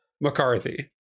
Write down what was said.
McCarthy